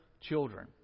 children